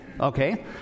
Okay